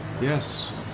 Yes